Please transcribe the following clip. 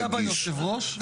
אני פוגע ביושב ראש?